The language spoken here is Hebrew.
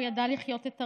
הוא ידע לחיות את הרגע,